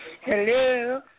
Hello